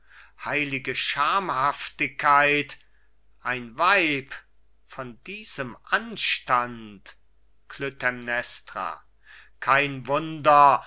heilige schamhaftigkeit ein weib von diesem anstand klytämnestra kein wunder